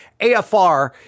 AFR